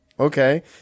Okay